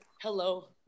hello